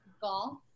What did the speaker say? golf